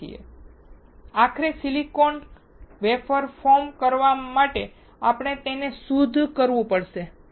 આખરે silicon wafer form ફરવા માટે આપણે તેને શુદ્ધ કરવું પડશે